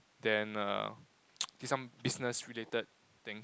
then err did some business related thing